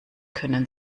können